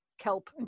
kelp